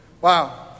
Wow